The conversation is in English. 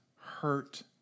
hurt